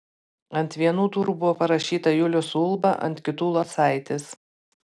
ant vienų durų buvo parašyta julius ulba ant kitų locaitis